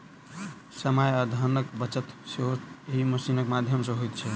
समय आ धनक बचत सेहो एहि मशीनक माध्यम सॅ होइत छै